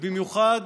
ובמיוחד